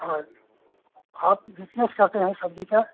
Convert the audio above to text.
हाँ हाँ तो बिज़नेस करते हैं सब्ज़ी का